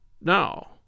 Now